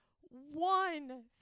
one